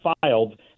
filed